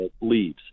leaves